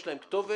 יש להם כתובת,